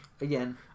Again